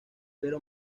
pero